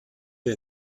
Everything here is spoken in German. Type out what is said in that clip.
wir